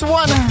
one